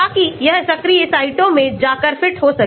ताकि यह सक्रिय साइटों में जाकर फिट हो सके